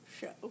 show